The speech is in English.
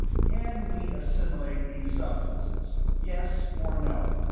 can we assimilate these substances, yes or no.